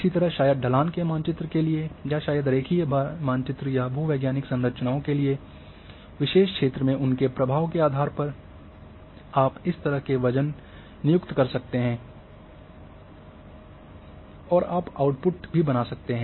इसी तरह शायद ढलान के मानचित्र के लिए या शायद रेखीय मानचित्र या भू वैज्ञानिक संरचनाओं के लिए विशेष क्षेत्र में उनके प्रभाव के आधार पर आप इस तरह से वजन नियुक्त करते हैं और आप आउटपुट भी बना सकते हैं